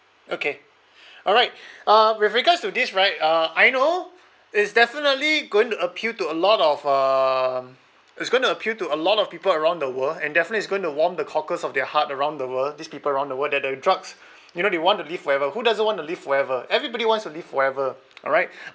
okay alright uh with regards to this right uh I know it's definitely going to appeal to a lot of um it's going to appeal to a lot of people around the world and definitely it's going to warm the cockles of their heart around the world these people around the world that the drugs you know they want to live forever who doesn't want to live forever everybody wants to live forever alright